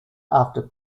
after